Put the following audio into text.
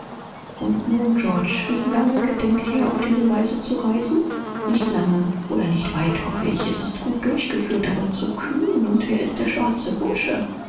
und nun georg wie lange denkst du auf diese weise zu reisen nicht lange oder weit hoffe ich s ist gut angefangen aber zu dreist und der schwarze bursche